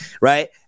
right